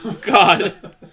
God